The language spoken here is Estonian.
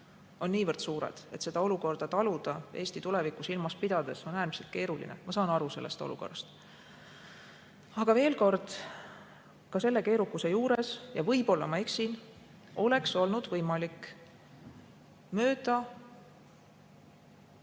on niivõrd suured, et seda olukorda taluda Eesti tulevikku silmas pidades on äärmiselt keeruline. Ma saan sellest olukorrast aru. Aga veel kord: ka selle keerukuse juures – võib-olla ma eksin – oleks olnud võimalik täita